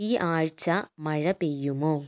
ഈ ആഴ്ച മഴ പെയ്യുമോ